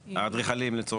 האדריכלים, לצורך העניין.